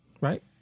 right